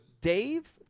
dave